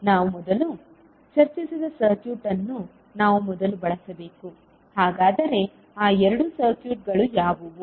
ನಾವು ಮೊದಲು ಚರ್ಚಿಸಿದ ಸರ್ಕ್ಯೂಟ್ ಅನ್ನು ನಾವು ಮೊದಲು ಬಳಸಬೇಕು ಹಾಗಾದರೆ ಆ ಎರಡು ಸರ್ಕ್ಯೂಟ್ಗಳು ಯಾವುವು